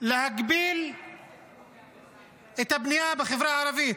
להגביל את הבנייה בחברה הערבית,